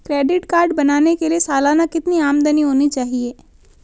Credit card बनाने के लिए सालाना कितनी आमदनी होनी चाहिए?